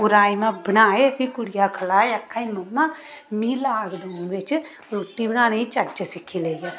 ओह् राजमांह् बनाए फ्ही कुड़ी ने खलाए आक्खै दी ममां मी लाॅक डाउन बिच रुटी बनाने दी चज्ज सिक्खी लेई ऐ